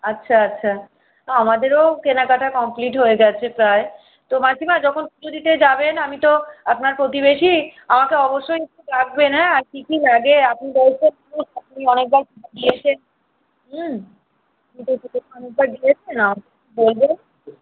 আচ্ছা আচ্ছা আমাদেরও কেনাকাটা কমপ্লিট হয়ে গেছে প্রায় তো মাসিমা যখন পুজো দিতে যাবেন আমি তো আপনার প্রতিবেশী আমাকে অবশ্যই একটু ডাকবেন হ্যাঁ আর কি কি লাগে আপনি বয়োজ্যেষ্ঠ আপনি অনেকবার পুজো দিয়েছেন হুম পুজো তো অনেকবার দিয়েছেন আমাকে বলবেন